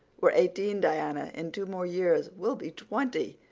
we're eighteen, diana. in two more years we'll be twenty.